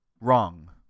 Wrong